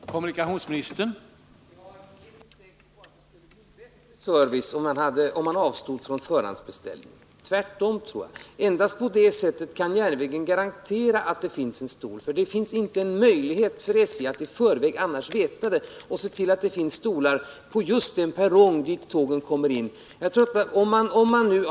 Herr talman! Jag är inte helt säker på att det skulle bli en bättre service om man avstod från förhandsbeställningen. Jag tror att det förhåller sig tvärtom — endast på det här sättet kan järnvägen garantera att det finns en rullstol till hands. SJ har annars ingen möjlighet att se till att det finns en rullstol på just den perrong där en resande som behöver en sådan kommer in.